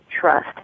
trust